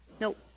Nope